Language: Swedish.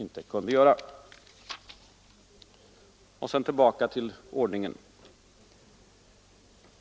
Så tillbaka till ordningen!